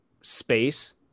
space